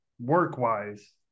work-wise